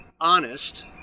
honest